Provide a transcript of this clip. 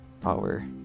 power